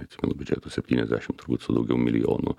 neatsimenu biudžeto septyniasdešimt turbūt su daugiau milijonų